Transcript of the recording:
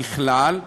ככלל,